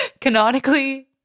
canonically